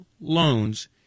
loans